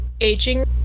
Aging